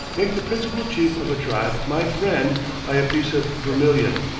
make the principal chief of a tribe my friend by a piece of vermilion,